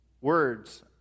words